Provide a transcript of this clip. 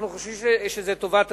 אנחנו חושבים שזה טובת הציבור,